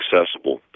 accessible